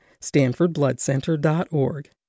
StanfordBloodCenter.org